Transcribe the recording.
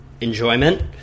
enjoyment